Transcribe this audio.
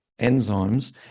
enzymes